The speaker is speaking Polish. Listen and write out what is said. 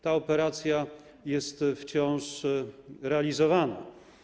Ta operacja jest wciąż realizowana.